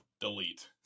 Delete